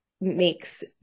makes